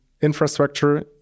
infrastructure